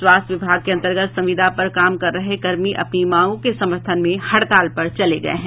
स्वास्थ्य विभाग के अन्तर्गत संविदा पर काम कर रहे कर्मी अपनी मांगों के समर्थन में हड़ताल पर चले गये हैं